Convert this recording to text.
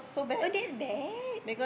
oh that bad